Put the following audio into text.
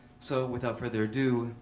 so, without further ado,